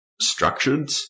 structured